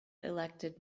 elected